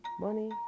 money